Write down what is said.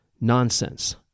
Nonsense